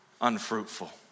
unfruitful